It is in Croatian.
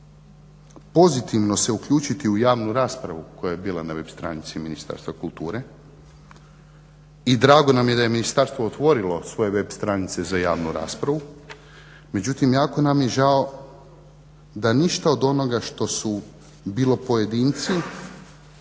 pozitivno se uključiti u javnu raspravu koja je bila na web stranici Ministarstva kulture i drago nam je da je Ministarstvo otvorilo svoje web stranice za javnu raspravu. Međutim jako nam je žao da ništa od onoga što su bilo pojedinci,